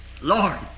Lord